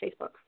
Facebook